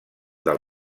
del